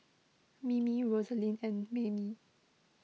Mimi Rosaline and Maymie